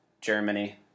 Germany